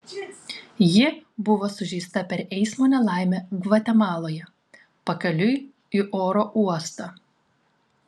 ji buvo sužeista per eismo nelaimę gvatemaloje pakeliui į oro uostą